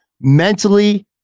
Mentally